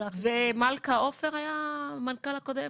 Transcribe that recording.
מלכה עופר היה המנכ"ל הקודם?